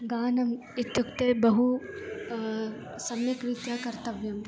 गानम् इत्युक्ते बहु सम्यक्रीत्या कर्तव्यं